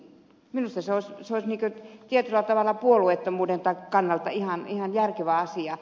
minusta se olisi tietyllä tavalla puolueettomuuden kannalta ihan järkevä asia